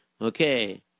Okay